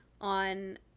on